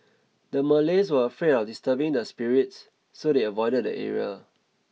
the Malays were afraid of disturbing the spirits so they avoided the area